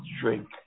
drink